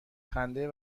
خنده